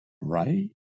Right